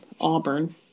auburn